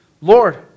Lord